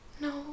No